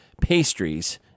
pastries